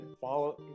follow